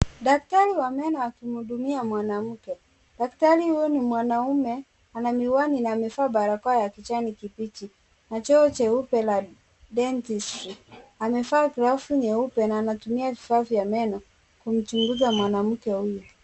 Daktari wa meno akimhudumia mwanamke. Daktari huyu ni mwanaume, ana miwani na amevaa barakoa ya kijani kibichi na joho jeupe la Dentistry . Amevaa glavu nyeupe na anatumia vifaa vya meno kumchunguza mwanamke huyu.